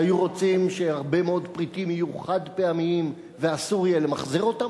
שהיו רוצים שהרבה מאוד פריטים יהיו חד-פעמיים ואסור יהיה למחזר אותם,